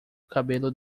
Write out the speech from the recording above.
cabelo